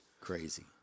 Crazy